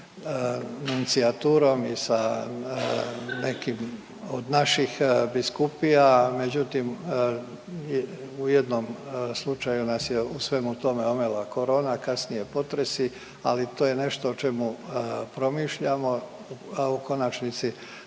sa noncijaturom i sa nekim od naših biskupija međutim u jednom slučaju nas je u svemu tome omela Corona, a kasnije potresi ali to je nešto o čemu promišljamo, a u konačnici